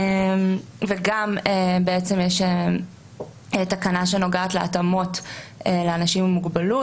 יש גם תקנה שנוגעת להתאמות לאנשים עם מוגבלות.